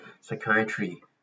Psychiatry